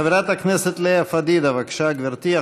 חברת הכנסת לאה פדידה, בבקשה, גברתי.